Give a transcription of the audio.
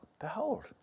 behold